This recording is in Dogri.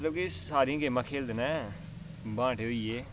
मतलब की सारी गेमां खेल्लदे न बांटे होई गे